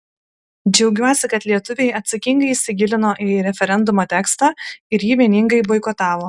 džiaugiuosi kad lietuviai atsakingai įsigilino į referendumo tekstą ir jį vieningai boikotavo